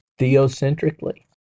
theocentrically